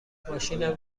ماشینم